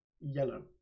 yellow